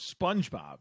SpongeBob